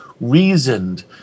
reasoned